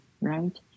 right